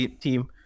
team